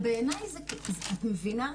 אני מבינה, אבל בעיני את מבינה?